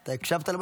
אתה הקשבת?